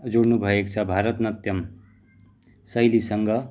जोडिनु भएको छ भारत नाट्यम शैलीसँग